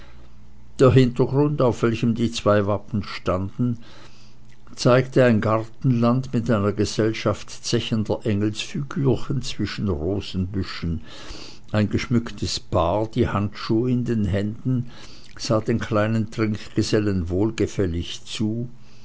der hintergrund auf welchem die zwei wappen standen zeigte ein gartenland mit einer gesellschaft zechender engelsfigürchen zwischen rosenbüschen ein geschmücktes paar die handschuhe in den händen sah den kleinen trinkgesellen wohlgefällig zu